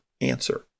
answer